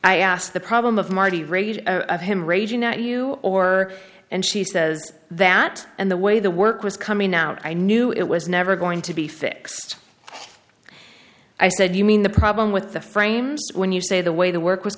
i asked the problem of marty rage of him raging at you or and she says that and the way the work was coming out i knew it was never going to be fixed i said you mean the problem with the frames when you say the way the work w